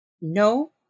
No